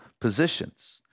positions